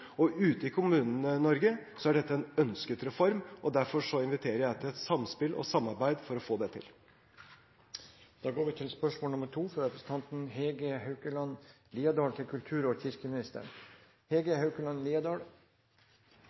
Ute i Kommune-Norge er dette en ønsket reform, og derfor inviterer jeg til et samspill og samarbeid for å få det til. Jeg vil stille følgende spørsmål